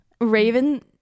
raven